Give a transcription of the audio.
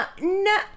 No